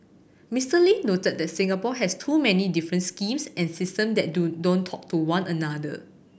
Mister Lee noted that Singapore has too many different schemes and system that do don't talk to one another